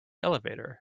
elevator